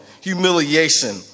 humiliation